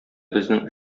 безнең